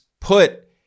put